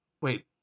wait